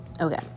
okay